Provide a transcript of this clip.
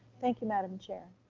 thank you, madam chair.